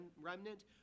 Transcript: remnant